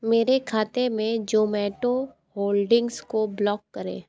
मेरे खाते में ज़ोमैटो होल्डिंग्स को ब्लॉक करें